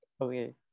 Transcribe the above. Okay